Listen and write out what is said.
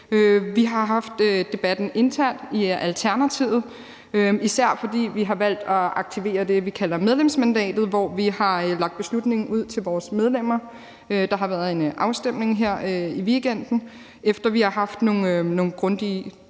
Vi har haft debatten internt i Alternativet, især fordi vi har valgt at aktivere det, vi kalder medlemsmandatet, hvor vi har lagt beslutningen ud til vores medlemmer. Der har været en afstemning her i weekenden, efter vi har haft nogle grundige drøftelser